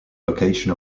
location